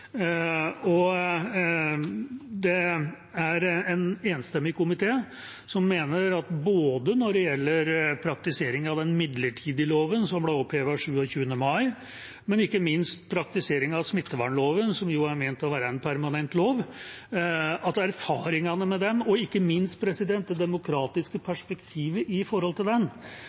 og det er en enstemmig komité som mener at både når det gjelder praktiseringen av den midlertidige loven, som ble opphevet 27. mai, og ikke minst praktiseringen av smittevernloven, som jo er ment å være en permanent lov, er det viktig å gå igjennom erfaringene med dem og ikke minst det demokratiske perspektivet ved dem, når vi har lagt perioden med den